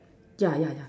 yeah yeah yeah